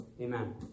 Amen